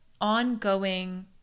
ongoing